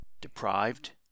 deprived